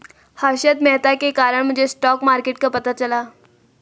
हर्षद मेहता के कारण मुझे स्टॉक मार्केट का पता चला